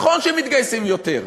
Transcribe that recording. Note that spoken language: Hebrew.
נכון שהם מתגייסים יותר,